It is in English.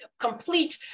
complete